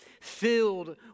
filled